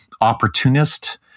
opportunist